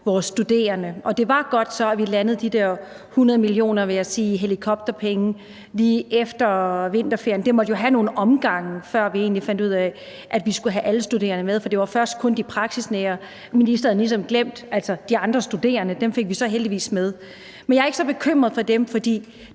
vores studerende. Så det var godt, vil jeg sige, at vi landede de der 100 mio. kr. i helikopterpenge lige efter vinterferien. Det måtte jo have nogle omgange, før vi egentlig fandt ud af, at vi skulle have alle de studerende med, for det var først kun de praksisnære. Ministeren havde ligesom glemt de andre studerende, og dem fik vi så heldigvis med. Men jeg er ikke så bekymret for dem, for